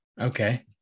okay